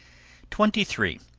twenty three.